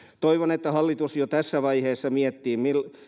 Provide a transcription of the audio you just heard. toivon että hallitus jo tässä vaiheessa miettii